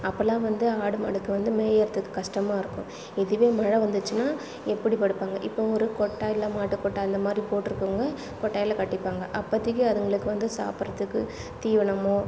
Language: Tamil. அப்போலாம் வந்து ஆடு மாடுக்கு வந்து மேயறத்துக்கு கஷ்டமாக இருக்கும் இதுவே மழை வந்துச்சுன்னா எப்படி படுப்பாங்க இப்போ ஒரு கொட்டாய் இல்லை மாட்டுக்கொட்டாய் இந்த மாதிரி போட்டுருக்கவுங்க கொட்டாயில் கட்டிப்பாங்க அப்பதிக்கு அதுங்களுக்கு வந்து சாப்பிட்றதுக்கு தீவனமோ